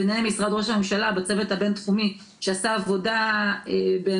ביניהם משרד ראש הממשלה בצוות הבינתחומי שעשה עבודה באמת